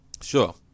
Sure